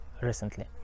recently